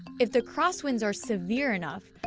if the crosswinds are severe enough,